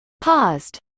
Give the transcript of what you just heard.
Paused